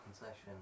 Concession